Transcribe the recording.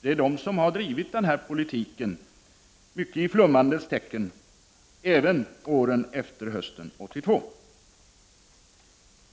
Det är de som har drivit denna politik, mycket i flummandets tecken, även åren efter hösten 1982.